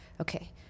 okay